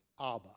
Abba